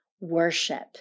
worship